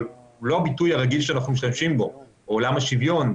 אבל הוא לא הביטוי הרגיל שאנחנו משתמשים בו עולם השוויון.